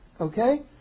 Okay